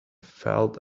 felt